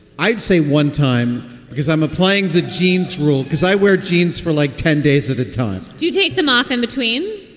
i'd say one time because i'm applying the genes rule because i wear jeans for like ten days at a time do you take them off in between?